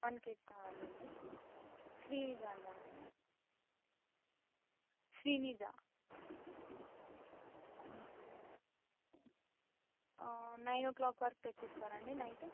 one KG కావాలండి శ్రినిజ అని రాయండి శ్రీనిజ నైన్ ఓ క్లాక్ వరకు తెచ్చిస్తారండి నైట్